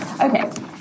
Okay